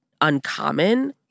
uncommon